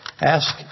ask